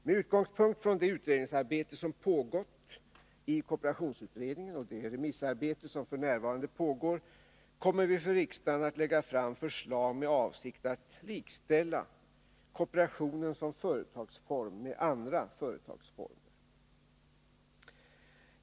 Med utgångspunkt i det utredningsarbete som pågått i kooperationsutredningen och det remissarbete som f. n. pågår kommer vi för riksdagen att lägga fram förslag med avsikt att likställa kooperationen som företagsform med andra företagsformer.